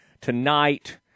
Tonight